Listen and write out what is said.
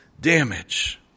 damage